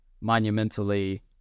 monumentally